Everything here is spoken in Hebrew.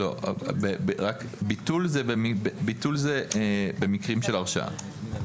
ביטול זה במקרים של הרשעה.